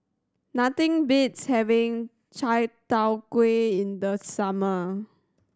nothing beats having Chai Tow Kuay in the summer